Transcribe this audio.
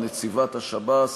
נציבת השב"ס,